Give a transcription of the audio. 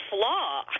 flaw